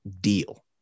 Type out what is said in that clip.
deal